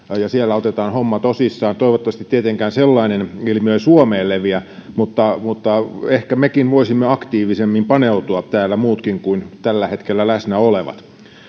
ja siellä otetaan homma tosissaan toivottavasti tietenkään sellainen ilmiö ei suomeen leviä mutta mutta ehkä mekin voisimme aktiivisemmin paneutua täällä muutkin kuin tällä hetkellä läsnä olevat